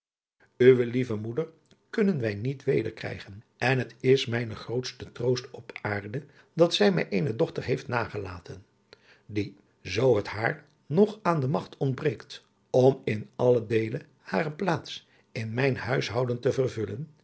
uwe lieve moeder kunnen wij niet weder krijgen en het is mijne grootste troost op aarde dat zij mij eene dochter heeft nagelaten die zoo het haar nog aan de magt ontbreekt om in allen deele hare plaats in mijn huishouden te vervullen